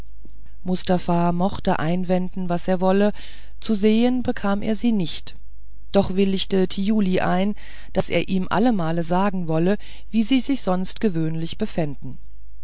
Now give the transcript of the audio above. mustafa mochte einwenden was er wollte zu sehen bekam er sie nicht doch willigte thiuli ein daß er ihm allemal sagen wolle wie sie sich sonst gewöhnlich befänden